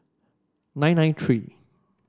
nine nine three